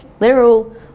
literal